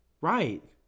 right